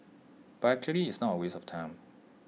but actually it's not A waste of time